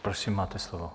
Prosím, máte slovo.